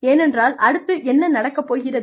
ஏனென்றால் அடுத்து என்ன நடக்கப் போகிறது